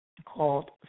Called